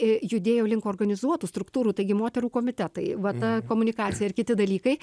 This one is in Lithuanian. judėjo link organizuotų struktūrų taigi moterų komitetai va ta komunikacija ir kiti dalykai